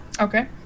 Okay